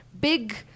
big